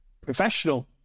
professional